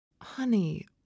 Honey